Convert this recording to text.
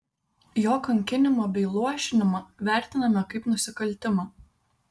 jo kankinimą bei luošinimą vertiname kaip nusikaltimą